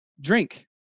drink